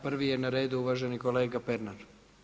Prvi je na redu uvaženi kolega Pernar.